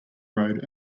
road